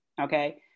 okay